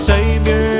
Savior